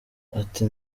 ati